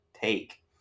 take